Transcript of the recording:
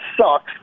sucks